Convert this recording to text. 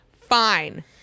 Fine